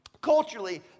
Culturally